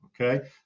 Okay